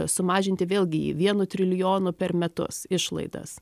sumažinti vėlgi vienu trilijonu per metus išlaidas